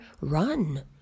run